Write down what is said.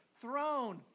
Throne